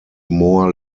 more